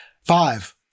Five